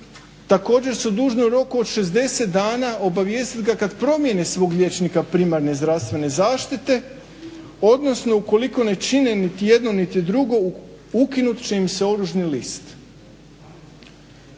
Također su dužni u roku od šezdeset dana obavijestit ga kad promjeni svog liječnika primarne zdravstvene zaštite, odnosno ukoliko ne čine niti jedno niti drugo ukinut će im se oružni list.